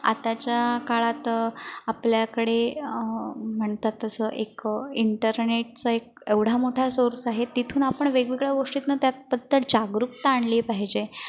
आत्ताच्या काळात आपल्याकडे म्हणतात तसं एक इंटरनेटचं एक एवढा मोठा सौर्स आहेत तिथून आपण वेगवेगळ्या गोष्टीत न त्यात फक्त जागरूकता आणली पाहीजे